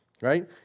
Right